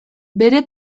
bere